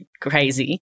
crazy